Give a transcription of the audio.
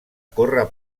corre